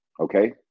Okay